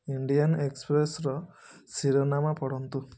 Indian ଏକ୍ସପ୍ରେସ୍ର ଶିରୋନାମା ପଢ଼ନ୍ତୁ